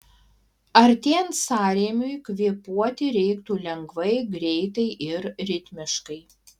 artėjant sąrėmiui kvėpuoti reiktų lengvai greitai ir ritmiškai